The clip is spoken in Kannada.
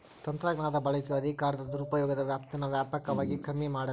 ತಂತ್ರಜ್ಞಾನದ ಬಳಕೆಯು ಅಧಿಕಾರದ ದುರುಪಯೋಗದ ವ್ಯಾಪ್ತೀನಾ ವ್ಯಾಪಕವಾಗಿ ಕಮ್ಮಿ ಮಾಡ್ತತೆ